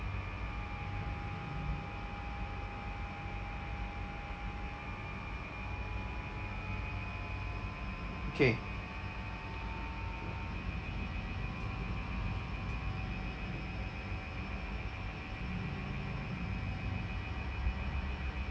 okay